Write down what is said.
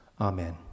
Amen